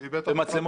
במצלמות?